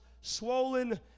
swollen